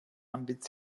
àmbit